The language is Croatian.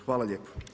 Hvala lijepo.